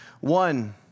One